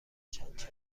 چند